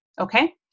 okay